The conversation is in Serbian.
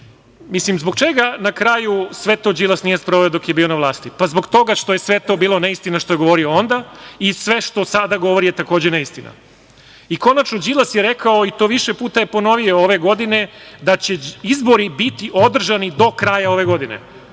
revolucije. Zbog čega, na kraju, sve to Đilas nije sproveo dok je bio na vlasti? Pa, zbog toga što je sve to bilo neistina što je govorio onda i sve što sada govori je, takođe neistina. Konačno, Đilas je rekao, i to je više puta ponovi ove godine, da će izbori biti održani do kraja ove godine.